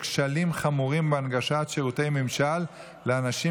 בנושא: כשלים חמורים בהנגשת שירותי ממשל לאנשים